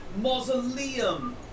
Mausoleum